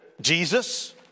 Jesus